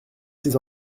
ces